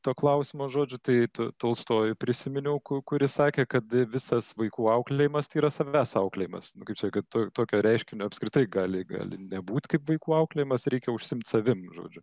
to klausimo žodžiu tai tol tolstojų prisiminiau ku kuris sakė kad visas vaikų auklėjimas tai yra savęs auklėjimas kaip čia kad to tokio reiškinio apskritai gali gali nebūt kaip vaikų auklėjimas reikia užsiimt savim žodžiu